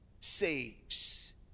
saves